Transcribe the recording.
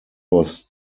was